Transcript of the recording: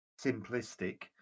simplistic